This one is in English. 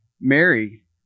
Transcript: Mary